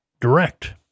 direct